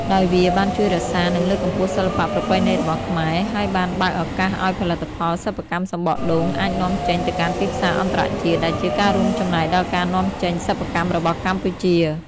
ដោយវាបានជួយរក្សា និងលើកកម្ពស់សិល្បៈប្រពៃណីរបស់ខ្មែរ ហើយបានបើកឱកាសឲ្យផលិតផលសិប្បកម្មសំបកដូងអាចនាំចេញទៅកាន់ទីផ្សារអន្តរជាតិ ដែលជាការរួមចំណែកដល់ការនាំចេញសិប្បកម្មរបស់កម្ពុជា។